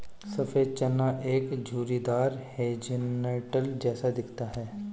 सफेद चना एक झुर्रीदार हेज़लनट जैसा दिखता है